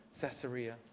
Caesarea